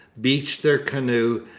beached their canoe,